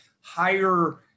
higher